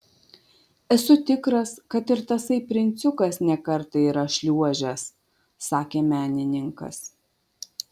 esu tikras kad ir tasai princiukas ne kartą yra šliuožęs sakė menininkas